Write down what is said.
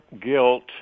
guilt